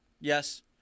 Yes